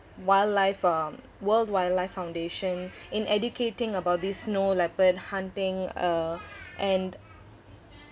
wildlife um world wildlife foundation in educating about this snow leopard hunting uh and